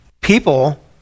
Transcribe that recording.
people